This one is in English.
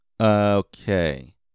Okay